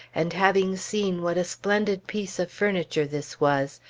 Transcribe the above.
and having seen what a splendid piece of furniture this was,